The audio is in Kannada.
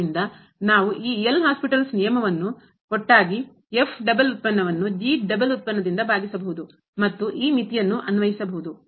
ಆದ್ದರಿಂದ ನಾವು ಈ ಎಲ್ ಹಾಸ್ಪಿಟಲ್ ನಿಯಮವನ್ನು ಒಟ್ಟಾಗಿ ಡಬಲ್ ಉತ್ಪನ್ನವನ್ನು ಡಬಲ್ ಉತ್ಪನ್ನದಿಂದ ಭಾಗಿಸಬಹುದು ಮತ್ತು ಈ ಮಿತಿಯನ್ನು ಅನ್ವಯಿಸಬಹುದು